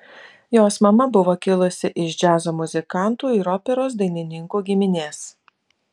jos mama buvo kilusi iš džiazo muzikantų ir operos dainininkų giminės